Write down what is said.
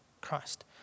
Christ